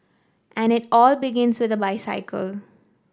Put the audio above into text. and it all begins with bicycle